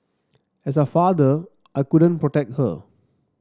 as a father I couldn't protect her